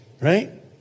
Right